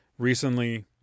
Recently